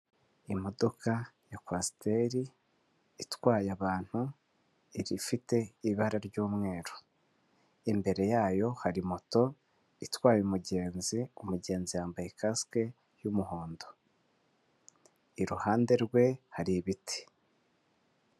Imodoka ya kwasiteri itwaye abantu ifite ibara ry'umweru, imbere yayo hari moto itwaye umugenzi umugenzi yambaye kasike y'umuhondo, iruhande rwe hari ibiti.